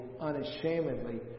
unashamedly